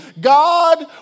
God